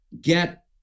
get